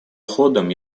ходом